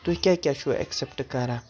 تُہۍ کیٛاہ کیٛاہ چھُ اٮ۪کسٮ۪پٹ کَران